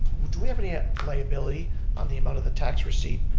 do we have any ah liability on the amount of the tax receipt,